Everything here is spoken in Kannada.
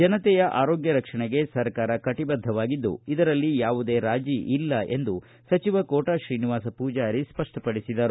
ಜನತೆಯ ಆರೋಗ್ಯ ರಕ್ಷಣೆಗೆ ಸರಕಾರ ಕಟಿಬದ್ದವಾಗಿದ್ದು ಇದರಲ್ಲಿ ಯಾವುದೇ ರಾಜಿ ಇಲ್ಲ ಎಂದು ಸಚಿವ ಕೋಟ ಶ್ರೀನಿವಾಸ ಪೂಜಾರಿ ಸ್ಪಷ್ಟಪಡಿಸಿದರು